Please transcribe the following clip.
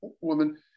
woman